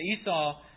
Esau